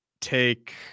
take